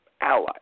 allies